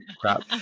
crap